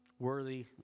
Worthy